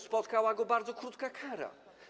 Spotkała go bardzo niska kara.